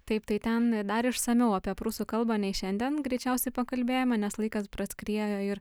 taip tai ten dar išsamiau apie prūsų kalbą nei šiandien greičiausiai pakalbėjome nes laikas praskriejo ir